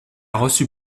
reçu